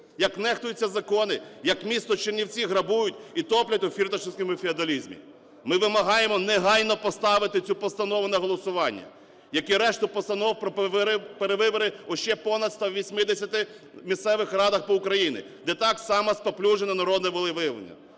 як нехтуються закони, як місто Чернівці грабують і топлять у фірташевському феодалізмі. Ми вимагаємо негайно поставити цю постанову на голосування, як і решту постанов про перевибори у ще понад 180 місцевих радах по Україні, де так само спаплюжено народне волевиявлення.